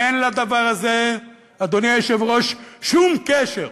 אין לדבר הזה, אדוני היושב-ראש, שום קשר,